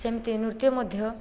ସେମିତି ନୃତ୍ୟ ମଧ୍ୟ